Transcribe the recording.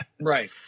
right